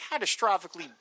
catastrophically